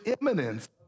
imminence